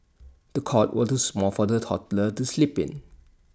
the cot was too small for the toddler to sleep in